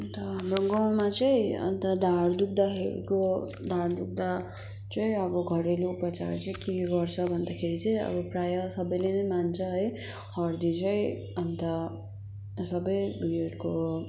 अन्त हाम्रो गाउँमा चाहिँ अन्त ढाड दुख्दाखेरिको ढाड दुख्दा चाहिँ अब घरेलु उपचार चाहिँ के गर्छ भन्दाखेरि चाहिँ अब प्रायः सबैले नै मान्छ है हर्दी चाहिँ अन्त सबै उयोहरूको